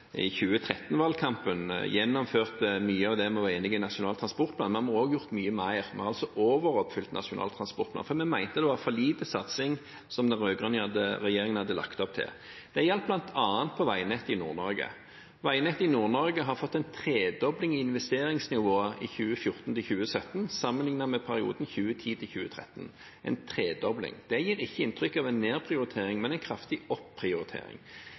gjennomført mye av det vi var enige om i Nasjonal transportplan. Men vi har også gjort mye mer – vi har altså overoppfylt Nasjonal transportplan, for vi mente det var for lite satsing som den rød-grønne regjeringen hadde lagt opp til. Det gjaldt bl.a. på veinettet i Nord-Norge. Veinettet i Nord-Norge har fått en tredobling i investeringsnivået i 2014–2017, sammenlignet med perioden 2010–2013 – en tredobling. Det gir ikke inntrykk av en nedprioritering, men en kraftig